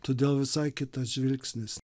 todėl visai kitas žvilgsnis